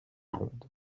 ronde